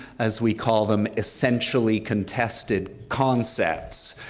as we call them, essentially contested concepts.